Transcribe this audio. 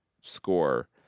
score